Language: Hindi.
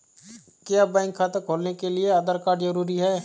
क्या बैंक खाता खोलने के लिए आधार कार्ड जरूरी है?